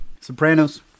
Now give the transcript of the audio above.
Sopranos